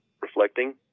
reflecting